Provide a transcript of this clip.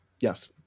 Yes